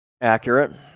Accurate